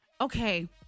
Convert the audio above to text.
Okay